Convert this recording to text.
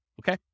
okay